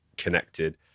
connected